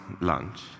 lunch